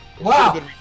Wow